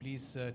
Please